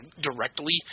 directly